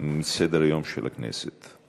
מסדר-היום של הכנסת.